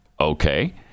Okay